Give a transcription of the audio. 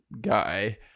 guy